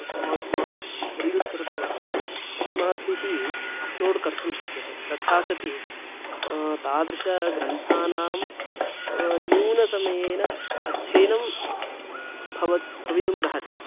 small small reels कृत्वा अस्माभिः upload कर्तुं शक्यते तथा सति तादृशग्रन्थानां न्यूनसमयेन अध्ययनं भवत् भवितुमर्हति